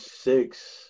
six